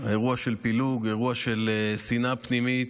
אירוע של פילוג, אירוע של שנאה פנימית,